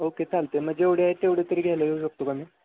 okay चालतं आहे मग जेवढे आहे तेवढे तरी घ्यायला येऊ शकतो का मी